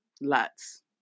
lots